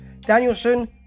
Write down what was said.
Danielson